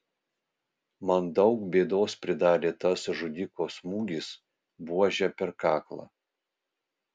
man daug bėdos pridarė tas žudiko smūgis buože per kaklą